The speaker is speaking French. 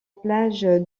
plage